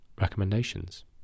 recommendations